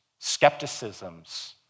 skepticisms